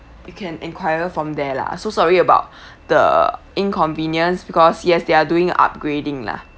you can enquire from there lah so sorry about the inconvenience because yes they're doing a upgrading lah